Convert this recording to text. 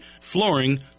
flooring